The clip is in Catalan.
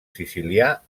sicilià